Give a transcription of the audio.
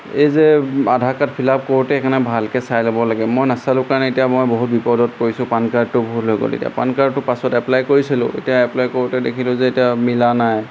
এই যে Aadhaar card fill up কৰোঁতে সেইকাৰণে ভালকৈ চাই ল'ব লাগে মই নাচালোঁ কাৰণে এতিয়া মই বহুত বিপদত পৰিছোঁ পান কাৰ্ডটো ভুল হৈ গ'ল এতিয়া পান কাৰ্ডটো পাছত এপ্লাই কৰিছিলোঁ এতিয়া এপ্লাই কৰোঁতে দেখিলোঁ যে এতিয়া মিলা নাই